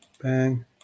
bang